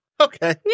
Okay